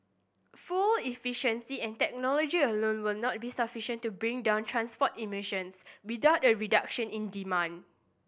fuel efficiency and technology alone will not be sufficient to bring down transport emissions without a reduction in demand